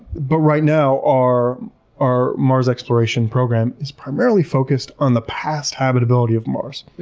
but right now, our our mars exploration program is primarily focused on the past habitability of mars.